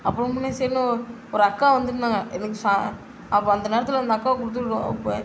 அப்புறமுன்னே சரின்னு ஒரு அக்கா வந்து நின்றாங்க எனக்கு ச அப்போ அந்த நேரத்தில் அந்த அக்காவை கொடுத்து